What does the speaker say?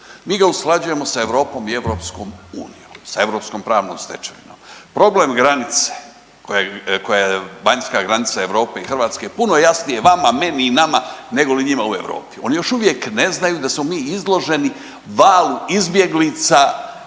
Mi ga usklađujemo sa Europom i EU, sa europskom pravnom stečevinom. Problem granice koja je vanjska granica Europe i Hrvatske puno je jasnije vama, meni i nama negoli njima u Europi. Oni još uvijek ne znaju da smo mi izloženi valu izbjeglica iz